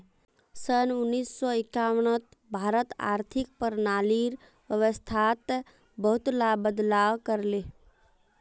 सन उन्नीस सौ एक्यानवेत भारत आर्थिक प्रणालीर व्यवस्थात बहुतला बदलाव कर ले